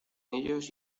ellos